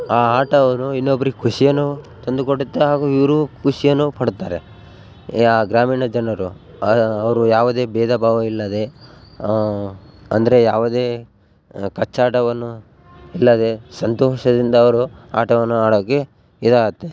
ಆ ಆಟವನ್ನು ಇನ್ನೊಬ್ರಿಗೆ ಖುಷಿಯನ್ನು ತಂದು ಕೊಡುತ್ತೆ ಹಾಗು ಇವರು ಖುಷಿಯನ್ನು ಪಡುತ್ತಾರೆ ಯಾ ಗ್ರಾಮೀಣ ಜನರು ಅವರು ಯಾವುದೇ ಭೇದ ಭಾವ ಇಲ್ಲದೇ ಅಂದರೆ ಯಾವುದೇ ಕಚ್ಚಾಟವನ್ನು ಇಲ್ಲದೇ ಸಂತೋಷದಿಂದ ಅವರು ಆಟವನ್ನು ಆಡೋಕೆ ಇದಾಗತ್ತೆ